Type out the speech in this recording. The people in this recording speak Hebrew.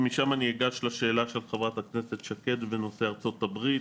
ומשם אני אגש לשאלה של חברת הכנסת שקד בנושא ארצות הברית.